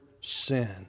sin